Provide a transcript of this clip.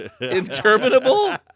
interminable